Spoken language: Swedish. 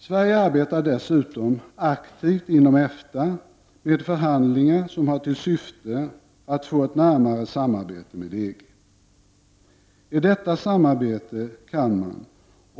Sverige arbetar dessutom aktivt inom EFTA med förhandlingar som har till syfte att få ett närmare samarbete med EG.